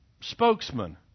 spokesman